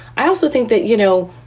i also think that, you know,